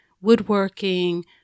woodworking